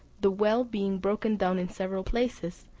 the well being broken down in several places,